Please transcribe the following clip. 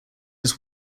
his